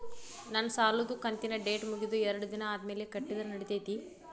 ನನ್ನ ಸಾಲದು ಕಂತಿನ ಡೇಟ್ ಮುಗಿದ ಎರಡು ದಿನ ಆದ್ಮೇಲೆ ಕಟ್ಟಿದರ ನಡಿತೈತಿ?